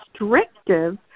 restrictive